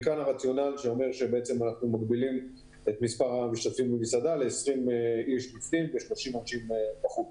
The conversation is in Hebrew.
מכאן הרציונל של הגבלת סועדים ל-20 אנשים בפנים ו-30 אנשים בחוץ.